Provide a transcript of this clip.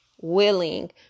willing